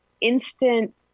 instant